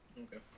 Okay